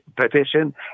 petition